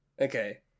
Okay